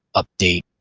update,